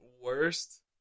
Worst